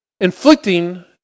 inflicting